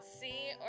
see